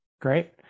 Great